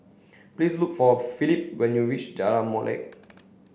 please look for Phillip when you reach Jalan Molek